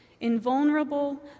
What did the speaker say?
invulnerable